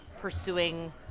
pursuing